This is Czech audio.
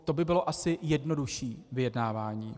To by bylo asi jednodušší vyjednávání.